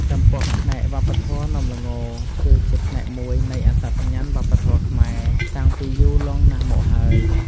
ចំពោះផ្នែកវប្បធម៌នំល្ង គឺជាផ្នែកមួយនៃ អត្តសញ្ញាណវប្បធម៌ខ្មែរ តាំងពីយូរលង់ណាស់មកហើយ។